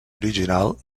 original